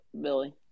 Billy